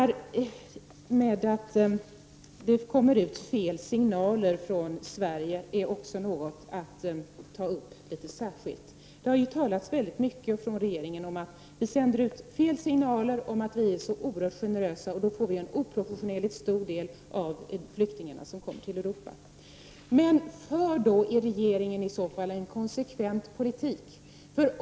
Det har från regeringen talats mycket om att vi sänder ut fel signaler, signaler om att vi är så oerhört generösa, och att vi därför får en oproportionerligt stor andel av de flyktingar som kommer till Europa. För då regeringen en konsekvent politik!